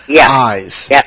eyes